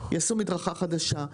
יעשו מדרכה חדשה.